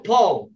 Paul